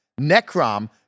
Necrom